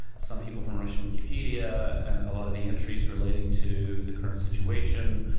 some people from russian wikipedia, a lot of the entries relating to the current situation.